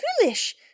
foolish